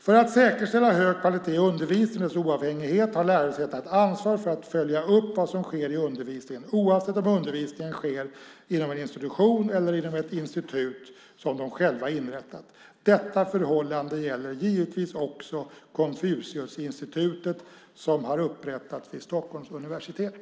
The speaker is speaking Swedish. För att säkerställa hög kvalitet i undervisningen och dess oavhängighet har lärosätena ett ansvar för att följa upp vad som sker i undervisningen oavsett om undervisningen sker inom en institution eller inom ett institut som de själva inrättat. Detta förhållande gäller givetvis också Konfuciusinstitutet som har upprättats vid Stockholms universitet.